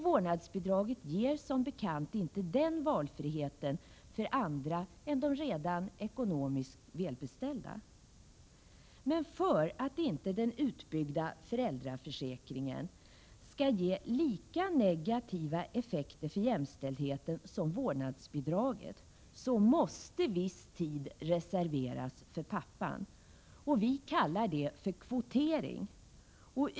Vårdnadsbidraget ger som bekant inte den valfriheten för andra än de redan ekonomiskt välbeställda. För att inte den utbyggda föräldraförsäkringen skall ge lika negativa effekter för jämställdheten som vårdnadsbidraget måste viss tid reserveras för pappan. Vi kallar det för kvotering.